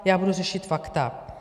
Já budu řešit fakta.